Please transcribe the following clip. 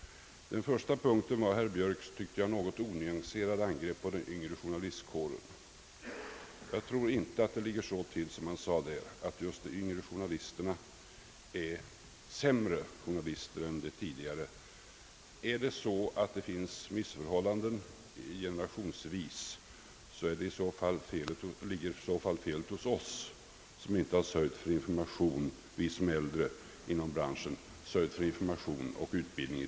Den första gäller herr Björks enligt min mening något onyanserade angrepp mot den yngre journalistkåren. Jag tror inte att det ligger till så som han gjorde gällande, nämligen att de yngre journalisterna är sämre än de äldre. Om det finns några generationsmässiga missförhållanden, ligger i så fall felet hos oss som är äldre inom branschen för att vi inte i tillräcklig grad sörjt för information och utbildning.